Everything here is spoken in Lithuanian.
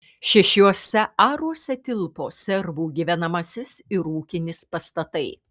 šešiuose aruose tilpo servų gyvenamasis ir ūkinis pastatai